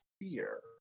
fear